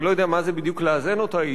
אני לא יודע מה זה בדיוק לאזן אותה.